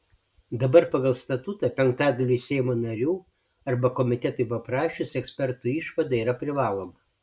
dabar pagal statutą penktadaliui seimo narių arba komitetui paprašius ekspertų išvada yra privaloma